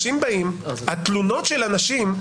התלונות של אנשים,